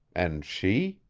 and she?